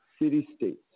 City-state